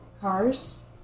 cars